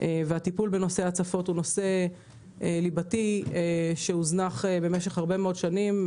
הוא נושא ליבתי שהוזנח במשך הרבה מאוד שנים,